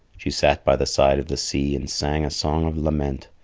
she sat by the side of the sea and sang a song of lament,